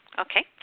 Okay